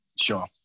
Sure